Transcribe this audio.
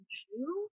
true